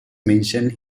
mentions